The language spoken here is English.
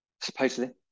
supposedly